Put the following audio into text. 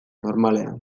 normalean